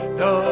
no